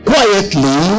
quietly